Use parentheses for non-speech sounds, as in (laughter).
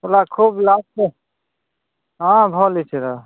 (unintelligible) ଖୁବ୍ ଲାଭ ହଁ ଭଲ୍ ହେଇଛେ ଦାଦା